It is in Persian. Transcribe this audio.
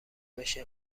بشه